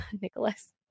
Nicholas